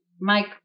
Mike